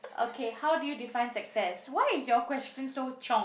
okay how do you define success why is your question so chiong